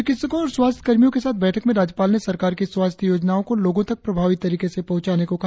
चिकित्सकों और स्वास्थ्य कर्मियों के साथ बैठक में राज्यपाल ने सरकार की स्वास्थ्य योजनाओं को लोगों तक प्रभावी तरीके से पहुंचाने को कहा